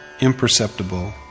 imperceptible